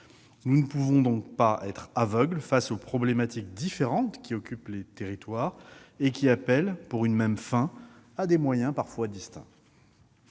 Nous ne pouvons donc pas être aveugles face aux problématiques différentes des territoires et qui appellent, pour une même fin, des moyens parfois distincts.